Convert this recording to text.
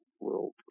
world